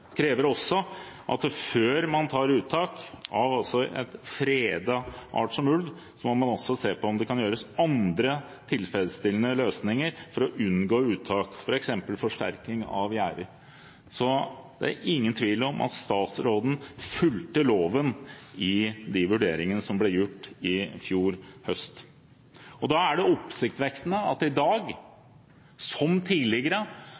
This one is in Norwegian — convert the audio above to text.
krever også at før man tar uttak av en fredet art som ulv, må man se på om det kan finnes andre tilfredsstillende løsninger for å unngå uttak, f.eks. forsterkning av gjerder. Det er ingen tvil om at statsråden fulgte loven i de vurderingene som ble gjort i fjor høst. Da er det oppsiktsvekkende at i dag – som tidligere